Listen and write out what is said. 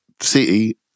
city